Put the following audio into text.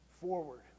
forward